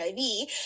HIV